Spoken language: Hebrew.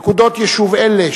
נקודות יישוב אלה,